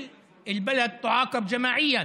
אבל לא צריך שכל היישוב יקבל עונש קולקטיבי,